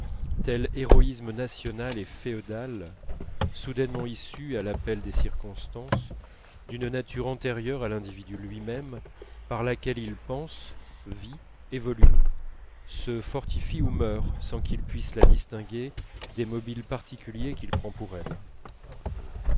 tel héroïsme nationaliste et féodal soudainement issus à l'appel des circonstances d'une nature antérieure à l'individu lui-même par laquelle il pense vit évolue se fortifie ou meurt sans qu'il puisse la distinguer des mobiles particuliers qu'il prend pour elle